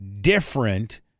different